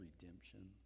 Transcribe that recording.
redemption